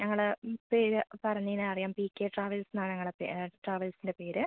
ഞങ്ങൾ പേര് പറഞ്ഞ് കഴിഞ്ഞാൽ അറിയാം പി കെ ട്രാവൽസെന്നാ ഞങ്ങളുടെ ട്രാവൽസിൻ്റെ പേര്